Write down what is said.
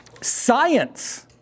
science